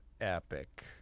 epic